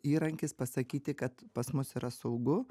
įrankis pasakyti kad pas mus yra saugu